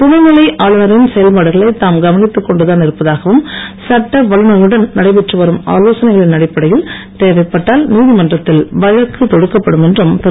துணை நிலை ஆளுநரின் செயல்பாடுகளை தாம் கவனித்துக் கொண்டுதான் இருப்பதாகவும் சட்ட வல்லுநர்களுடன் நடைபெற்று வரும் ஆலோசனைகளின் அடிப்படையில் தேவைப்பட்டால் நீதிமன்றத்தில் வழக்கு தொடுக்கப்படும் என்றும் திரு